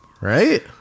Right